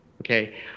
Okay